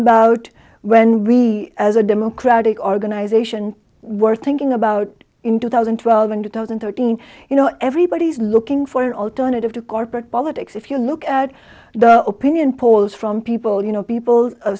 about when we as a democratic organization were thinking about in two thousand and twelve and two thousand thirteen you know everybody's looking for an alternative to car but politics if you look at the opinion polls from people you know people